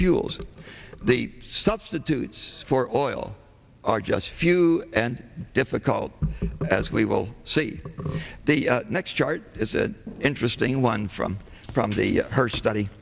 fuels the substitutes for all are just few and difficult as we will see the next chart is an interesting one from from the her study